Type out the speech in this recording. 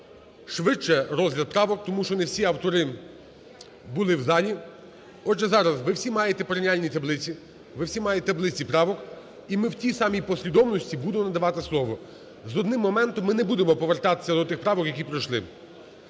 швидше розгляд правок, тому що не всі автори були в залі. Отже, зараз ви всі маєте порівняльні таблиці, ви всі маєте таблиці правок, і ми в тій самій послідовності буду надавати слово. З одним моментом ми не будемо повертатися до тих правок, які пройшли.